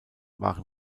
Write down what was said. waren